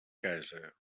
casa